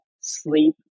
sleep